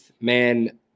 man